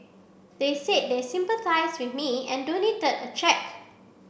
they said they sympathised with me and donated a cheque